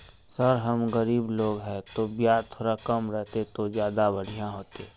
sir हम सब गरीब लोग है तो बियाज थोड़ा कम रहते तो ज्यदा बढ़िया होते